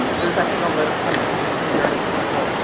um there's, i think, um some interesting comparative potential.